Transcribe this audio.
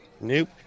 Nope